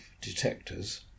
detectors